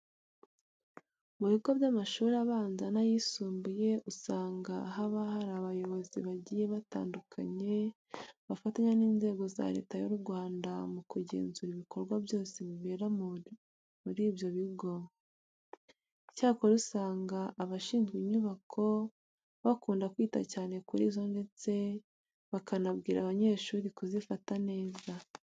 Mu bigo by'amashuri abanza n'ayisumbuye usanga haba hari abayobozi bagiye batandukanye bafatanya n'inzego za Leta y'u Rwanda mu kugenzura ibikorwa byose bibera muri ibyo bigo. Icyakora usanga abashinzwe inyubako bakunda kwita cyane kuri zo ndetse bakanabwira abanyeshuri kuzifata neza.